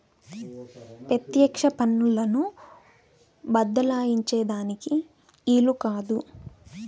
పెత్యెక్ష పన్నులను బద్దలాయించే దానికి ఈలు కాదు